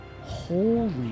holy